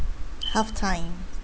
half time